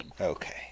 Okay